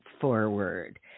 forward